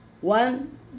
one